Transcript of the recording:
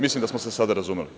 Mislim da smo se sada razumeli.